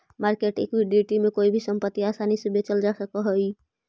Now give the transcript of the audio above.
market equity में कोई भी संपत्ति आसानी से बेचल जा सकऽ हई